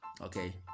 okay